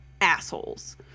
assholes